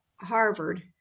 Harvard